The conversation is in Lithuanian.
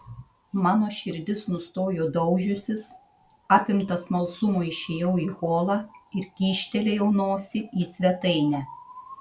mano širdis nustojo daužiusis apimtas smalsumo išėjau į holą ir kyštelėjau nosį į svetainę